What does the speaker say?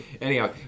Anyhow